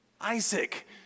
Isaac